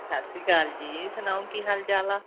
ਸਤਿ ਸ਼੍ਰੀ ਅਕਾਲ ਜੀ ਸੁਣਾਓ ਕੀ ਹਾਲ ਚਾਲ ਆ